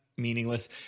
meaningless